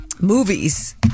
movies